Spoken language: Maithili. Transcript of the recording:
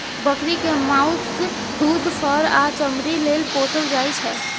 बकरी कें माउस, दूध, फर आ चमड़ी लेल पोसल जाइ छै